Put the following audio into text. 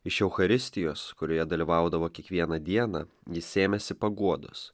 iš eucharistijos kurioje dalyvaudavo kiekvieną dieną ji sėmėsi paguodos